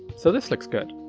so this looks good,